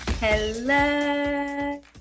Hello